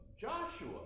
Joshua